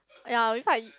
ya even I